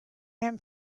them